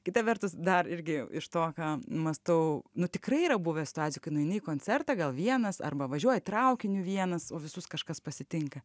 kita vertus dar irgi iš to ką mąstau nu tikrai yra buvę situacijų kai nueini į koncertą gal vienas arba važiuoji traukiniu vienas o visus kažkas pasitinka